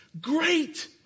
great